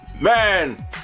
Man